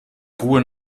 ruhe